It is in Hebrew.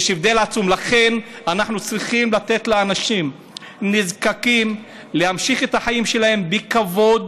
לכן אנחנו צריכים לתת לאנשים נזקקים להמשיך את החיים שלהם בכבוד,